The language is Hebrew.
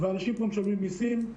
ואנשים פה משלמים מסים,